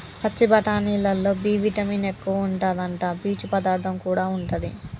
పచ్చి బఠానీలల్లో B vitamin ఎక్కువుంటాదట, పీచు పదార్థం కూడా ఉంటది